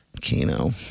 Keno